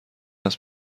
است